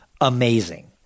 amazing